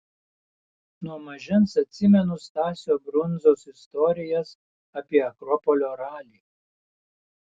nuo mažens atsimenu stasio brundzos istorijas apie akropolio ralį